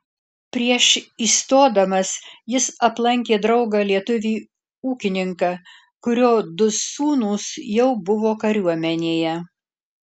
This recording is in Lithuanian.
prieš įstodamas jis aplankė draugą lietuvį ūkininką kurio du sūnūs jau buvo kariuomenėje